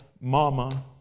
mama